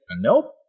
Nope